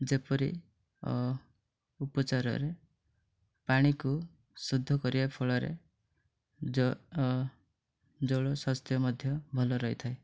ଯେପରି ଉପଚାରରେ ପାଣିକୁ ଶୁଦ୍ଧ କରିବା ଫଳରେ ଜଳ ସ୍ୱାସ୍ଥ୍ୟ ମଧ୍ୟ ଭଲ ରହିଥାଏ